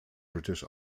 british